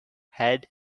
had